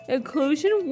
Inclusion